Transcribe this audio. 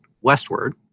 westward